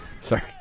Sorry